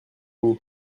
nid